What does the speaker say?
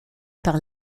par